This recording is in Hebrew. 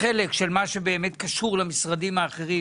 החלק של מה שבאמת קשור למשרדים האחרים